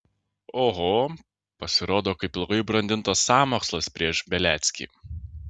oho pasirodo kaip ilgai brandintas sąmokslas prieš beliackį